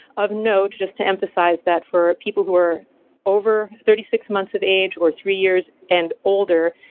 of note, just to emphasize that for people who are over thirty six months of age or three years and older,